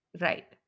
Right